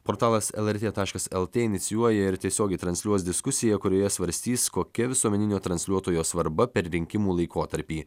portalas lrt taškas lt inicijuoja ir tiesiogiai transliuos diskusiją kurioje svarstys kokia visuomeninio transliuotojo svarba per rinkimų laikotarpį